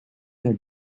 their